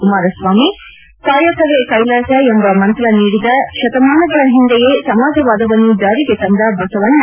ಕುಮಾರಸ್ವಾಮಿ ಕಾಯಕವೇ ಕೈಲಾಸ ಎಂಬ ಮಂತ್ರ ನೀಡಿದ ಶತಮಾನಗಳ ಹಿಂದೆಯೇ ಸಮಾಜವಾದವನ್ನು ಜಾರಿಗೆ ತಂದ ಬಸವಣ್ಣ